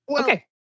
Okay